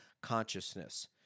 consciousness